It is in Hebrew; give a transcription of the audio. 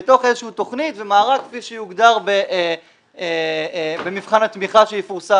בתוך איזושהי תוכנית ומערך כפי שיוגדר במבחן התמיכה שיפורסם.